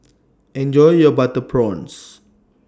Enjoy your Butter Prawns